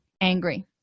angry